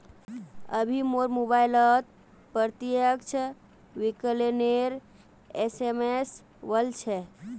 अभी मोर मोबाइलत प्रत्यक्ष विकलनेर एस.एम.एस वल छ